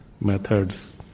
methods